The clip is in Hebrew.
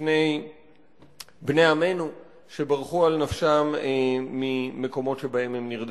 בפני בני עמנו שברחו על נפשם ממקומות שבהם הם נרדפו.